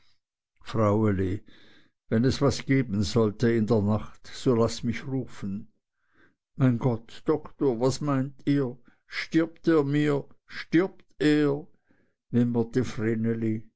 fraueli wenn es was geben sollte in der nacht so laß mich rufen mein gott doktor was meint ihr stirbt er mir stirbt er